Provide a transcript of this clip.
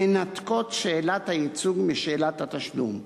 מנתקות את שאלת הייצוג משאלת התשלום,